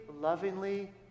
lovingly